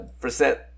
Percent